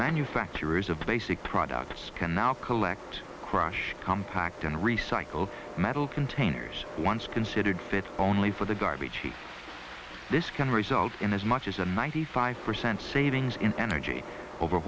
manufacturers of basic products can now collect crush compact and recycled metal containers once considered fit only for the garbage heap this can result in as much as a ninety five percent savings in energy over